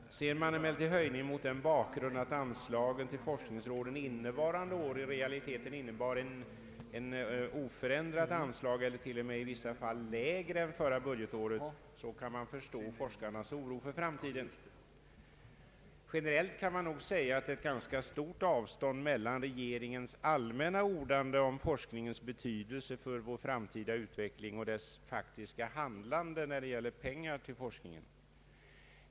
Ser man emellertid höjningen mot bakgrunden av att anslagen till forskningsråden innevarande år i realiteten är oförändrade och i vissa fall lägre än förra budgetårets, så kan man förstå forskarnas oro för framtiden. Generellt kan man nog säga att det är ett ganska stort avstånd mellan regeringens allmänna ordande om forskningens betydelse för vår framtida utveckling och dess faktiska handlande när det gäller pengar till forskningen.